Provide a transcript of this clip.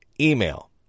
email